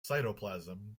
cytoplasm